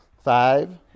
Five